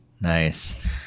nice